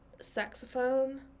saxophone